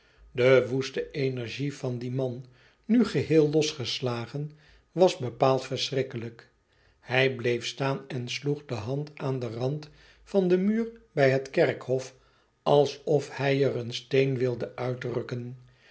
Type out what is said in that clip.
de woeste energie van dien man nu geheel losgelaten was bepaald verschrikkelijk hij bleef staan en sloeg de hand aan den rand van den muur bij het kerkhof alsof hg er een steen wilde uitrukken